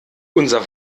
unser